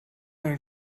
ein